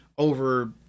over